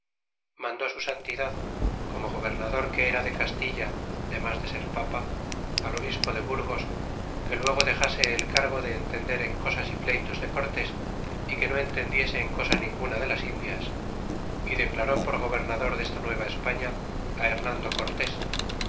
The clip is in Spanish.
mandó su santidad como gobernador que era de castilla demas de ser papa al obispo de burgos que luego dexase el cargo de entender en las cosas y pleytos de cortés y que no entendiese en cosa ninguna de las indias y declaró por gobernador tiesta nueva españa á hernando cortés